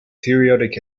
periodic